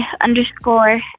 underscore